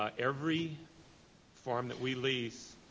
ah every farm that we lease,